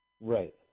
Right